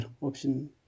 option